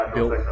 Built